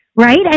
right